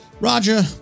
Roger